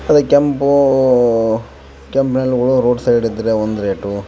ಅದೆ ಕೆಂಪು ಕೆಂಪು ನೆಲಗಳು ರೋಡ್ ಸೈಡ್ ಇದ್ರೆ ಒಂದು ರೇಟು